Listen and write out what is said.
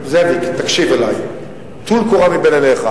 זאביק, תקשיב אלי, טול קורה מבין עיניך.